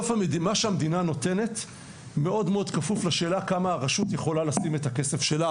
מה שהמדינה נותנת כפוף מאוד לשאלה עד כמה הרשות יכולה לשים את הכסף שלה.